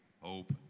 hope